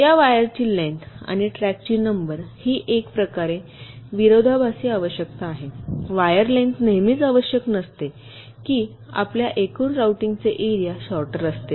या वायरची लेन्थ आणि ट्रॅकची नंबर ही एक प्रकारची विरोधाभासी आवश्यकता आहे वायर लेन्थ नेहमीच आवश्यक नसते की आपल्या एकूण रूटिंगचे एरिया शॉर्टर असते